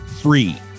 free